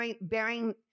bearing